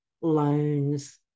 loans